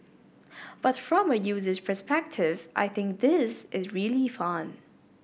but from a user's perspective I think this is really fun